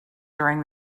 during